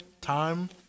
Time